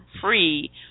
free